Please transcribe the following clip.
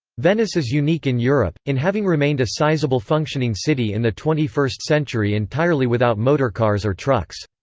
venice is unique in europe, in having remained a sizable functioning city in the twenty first century entirely without motorcars or trucks.